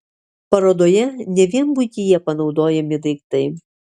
parodoje ne vien buityje panaudojami daiktai